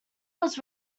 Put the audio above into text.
was